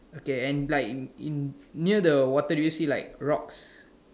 okay and like in in near the water do you see like rocks